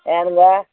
யாருங்க